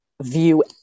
view